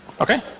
Okay